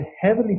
heavily